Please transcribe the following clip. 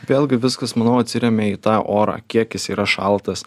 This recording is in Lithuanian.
vėlgi viskas manau atsiremia į tą orą kiek jis yra šaltas